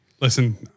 listen